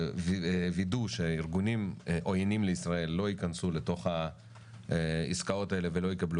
ווידאו שארגונים עוינים לישראל לא ייכנסו לתוך העסקאות האלה ולא יקבלו